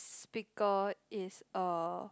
speaker is a